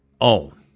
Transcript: own